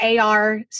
AR